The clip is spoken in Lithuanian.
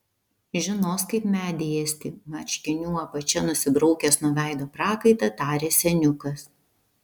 žinos kaip medį ėsti marškinių apačia nusibraukęs nuo veido prakaitą tarė seniukas